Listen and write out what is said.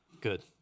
Good